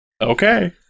Okay